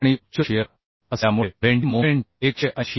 आणि उच्च शिअर असल्यामुळे बेंडी मोमेंट 180